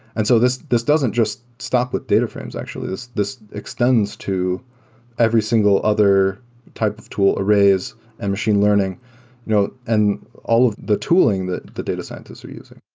and so this this doesn't just stop with data frames actually. this this extends to every single other type of tool arrays and machine learning you know and all of the tooling that the data scientists are using.